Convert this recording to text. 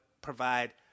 provide